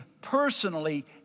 personally